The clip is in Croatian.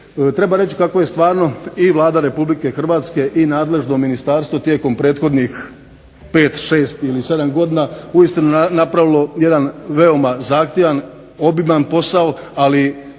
Treba reći kako je stvarno i Vlada Republike Hrvatske i nadležno ministarstvo tijekom prethodnih pet, šest ili sedam godina uistinu napravilo jedan veoma zahtjevan, obiman posao, ali